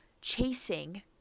chasing